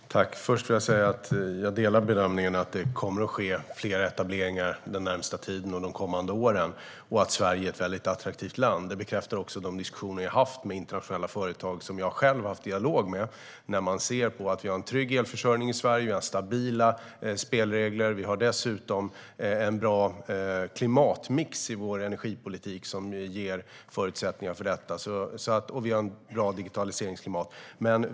Fru talman! Först vill jag säga att jag delar bedömningen att det kommer att ske flera etableringar under den närmaste tiden och de kommande åren och att Sverige är ett väldigt attraktivt land. Det bekräftar också de diskussioner jag har haft med internationella företag - jag har själv haft dialog med dem. Man ser att vi har en trygg elförsörjning i Sverige. Vi har stabila spelregler. Vi har dessutom en bra klimatmix i vår energipolitik som ger förutsättningar för detta. Och vi har ett bra digitaliseringsklimat.